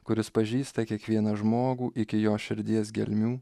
kuris pažįsta kiekvieną žmogų iki jo širdies gelmių